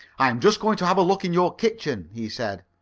i'm just going to have a look in your kitchen, he said.